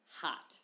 hot